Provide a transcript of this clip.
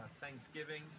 Thanksgiving